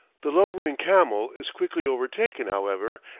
the lumbering camel is quickly overtaken, however,